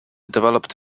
developed